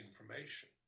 information